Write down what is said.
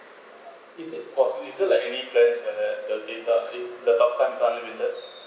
is it for citizen like any plan that uh the data is the data is unlimited